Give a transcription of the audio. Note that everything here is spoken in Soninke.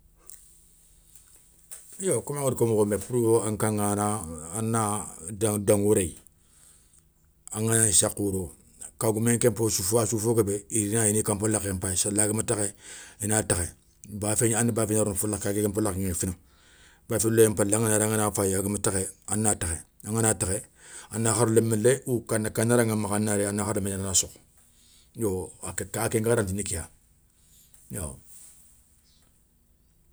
Yo koma ngada ko mokhon bé pourou an kaŋa ana ana dango réyi, anganagni sakha wouro, kagoumé nké npofo a sou fo guébé irina ini kan polakhé npayi séla gama tékhé ina tékhé bafé, ana bafé gna rono folakhé, a ga guémé folakhéŋa fina, bafé loyé npalé anganari angan fayi agama tékhé ana tékhé angana tékhé, a na kharlémé léye ou kanara nga makha a na kharlémé léye a na sokho. Yo ka ké ngaranti ni kéya yo.